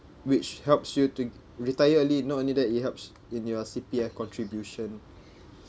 which helps you to g~ retire early not only that it helps in your C_P_F contribution